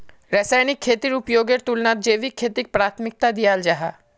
रासायनिक खेतीर उपयोगेर तुलनात जैविक खेतीक प्राथमिकता दियाल जाहा